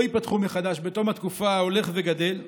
ייפתחו מחדש בתום התקופה הולך וגדל.